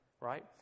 right